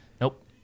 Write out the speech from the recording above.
Nope